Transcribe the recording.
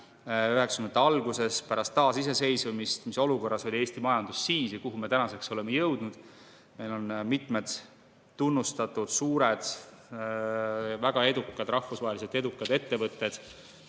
alguses pärast taasiseseisvumist, mis olukorras oli Eesti majandus siis ja kuhu me tänaseks oleme jõudnud? Meil on mitmed tunnustatud, suured, väga edukad, rahvusvaheliselt edukad ettevõtted